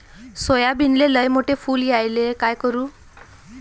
सोयाबीनले लयमोठे फुल यायले काय करू?